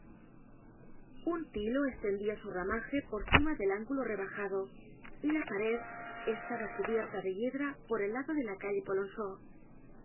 un tilo estendia su ramaje por cima del ángulo rebajado y la pared estaba cubierta de hiedra por el lado de la calle